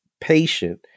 patient